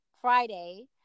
Friday